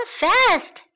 fast！